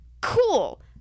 Cool